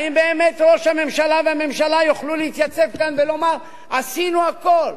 האם באמת ראש הממשלה והממשלה יוכלו להתייצב כאן ולומר: עשינו הכול,